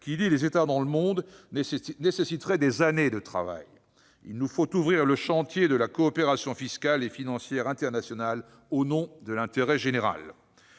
liant les États dans le monde nécessiterait des années de travail. Il nous faut ouvrir le chantier de la coopération fiscale et financière internationale au nom de l'intérêt général.